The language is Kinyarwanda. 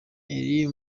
elie